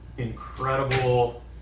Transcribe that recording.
incredible